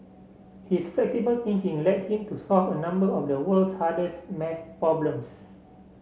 his flexible thinking led him to solve a number of the world's hardest math problems